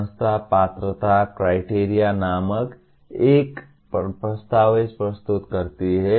संस्था पात्रता क्राइटेरिया नामक एक दस्तावेज प्रस्तुत करती है